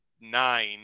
nine